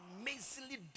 amazingly